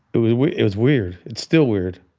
it was weird. it was weird. it's still weird